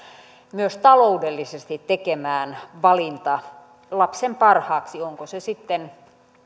myös taloudellisesti tekemään valinta lapsen parhaaksi onko se sitten